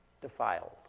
defiled